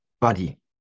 body